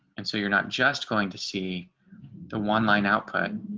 and so you're not just going to see the one line output.